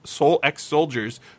ex-soldiers